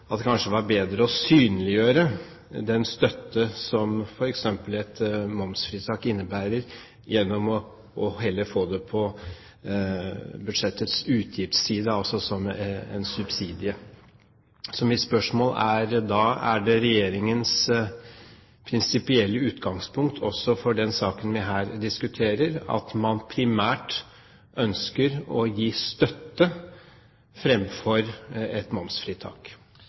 budsjettets utgiftsside, altså som en subsidie. Mitt spørsmål er da: Er det Regjeringens prinsipielle utgangspunkt også for den saken vi her diskuterer, at man primært ønsker å gi støtte fremfor et momsfritak?